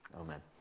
amen